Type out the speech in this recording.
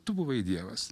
tu buvai dievas